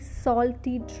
salty